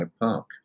Park